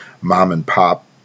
mom-and-pop